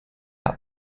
out